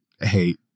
hate